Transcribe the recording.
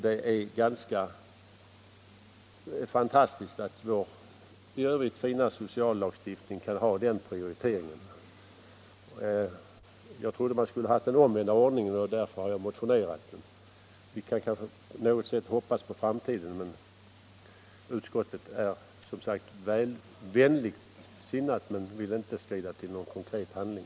Det är ganska fantastiskt att vår i övrigt fina sociallagstiftning kan ha den prioriteringen. Jag trodde att man skulle ha den omvända ordningen, och det är därför jag har motionerat. Vi kanske kan hoppas på framtiden. Utskottet är som sagt vänligt sinnat men vill inte skrida till konkret handling.